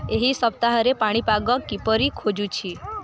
ଏହି ସପ୍ତାହରେ ପାଣିପାଗ କିପରି ଖୋଜୁଛି